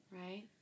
Right